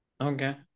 Okay